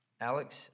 Alex